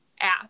app